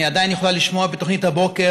אני עדיין יכולה לשמוע בתוכנית הבוקר,